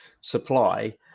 supply